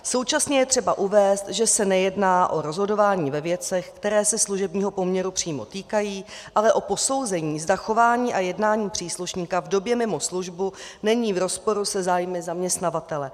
Současně je třeba uvést, že se nejedná o rozhodování ve věcech, které se služebního poměru přímo týkají, ale o posouzení, zda chování a jednání příslušníka v době mimo službu není v rozporu se zájmy zaměstnavatele.